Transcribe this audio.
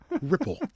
Ripple